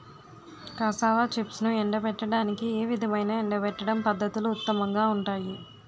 Cassava చిప్స్ను ఎండబెట్టడానికి ఏ విధమైన ఎండబెట్టడం పద్ధతులు ఉత్తమంగా ఉంటాయి?